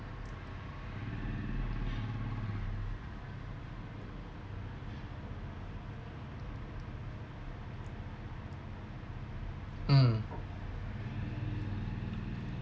um